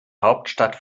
hauptstadt